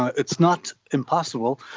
it's not impossible.